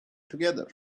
together